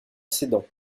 sedan